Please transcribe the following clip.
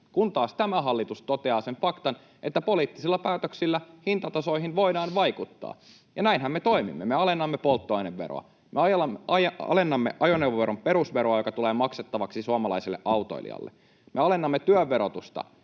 Kun taas tämä hallitus toteaa sen faktan, että poliittisilla päätöksillä hintatasoihin voidaan vaikuttaa, ja näinhän me toimimme. Me alennamme polttoaineveroa, me alennamme ajoneuvoveron perusveroa, joka tulee maksettavaksi suomalaiselle autoilijalle, me alennamme työn verotusta,